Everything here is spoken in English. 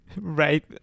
right